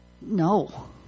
no